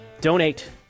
Donate